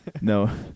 No